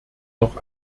noch